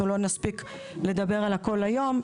אנחנו לא נספיק לדבר על הכל היום,